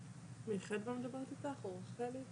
שנכי צה"ל יתחילו לקבל את ההטבות ואת הזכאויות לפי הוראת השעה הזו,